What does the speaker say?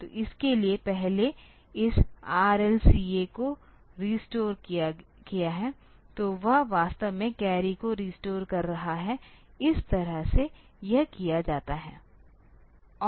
तो इसके लिए पहले इस RLCA को रिस्टोर किया है तो यह वास्तव में कैरी को रिस्टोर कर रहा है इस तरह से यह किया जाता है